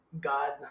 God